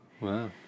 Wow